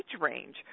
range